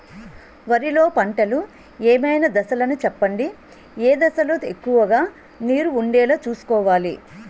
వరిలో పంటలు ఏమైన దశ లను చెప్పండి? ఏ దశ లొ ఎక్కువుగా నీరు వుండేలా చుస్కోవలి?